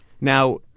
Now